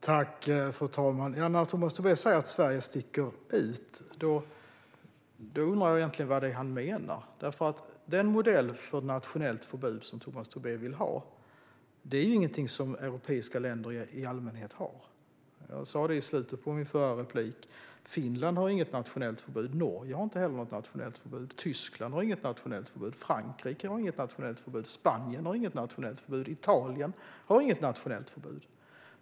Fru talman! När Tomas Tobé säger att Sverige sticker ut undrar jag vad han egentligen menar. Den modell för ett nationellt förbud som Tomas Tobé vill ha är nämligen inget som europeiska länder i allmänhet har. Jag sa det i slutet av mitt förra anförande: Varken Finland, Norge, Tyskland, Frankrike, Spanien eller Italien har något nationellt förbud.